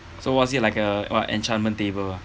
so was it like a what enchantment table ah